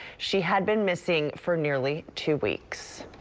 she had been missing for nearly two weeks.